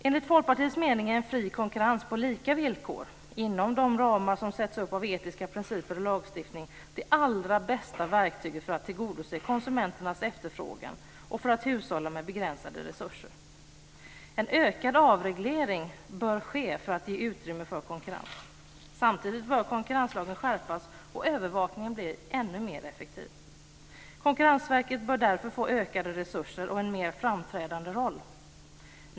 Enligt Folkpartiets mening är en fri konkurrens på lika villkor inom de ramar som sätts upp av etiska principer och lagstiftning det allra bästa verktyget för att tillgodose konsumenternas efterfrågan och för att hushålla med begränsade resurser. En ökad avreglering bör ske för att ge utrymme för konkurrens. Samtidigt bör konkurrenslagen skärpas och övervakningen bli ännu mer effektiv. Konkurrensverket bör därför få ökade resurser och en mer framträdande roll.